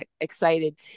excited